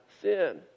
sin